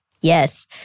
Yes